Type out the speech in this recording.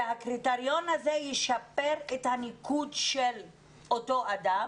והקריטריון הזה ישפר את הניקוד של אותו אדם